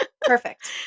perfect